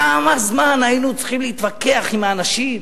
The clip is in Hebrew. כמה זמן היינו צריכים להתווכח עם האנשים.